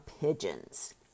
pigeons